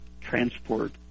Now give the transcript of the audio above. transport